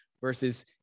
versus